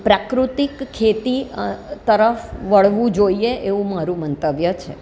પ્રાકૃતિક ખેતી તરફ વળવું જોઈએ એવું મારું મંતવ્ય છે